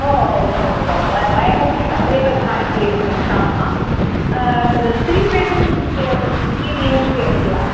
ओ उत्तमम् उत्तमं वय् वयमपि तत्रैव गृहाणि क्रेतुमिच्छामः तद् three bedroom three B H K अस्ति वा